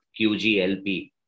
QGLP